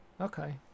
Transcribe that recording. okay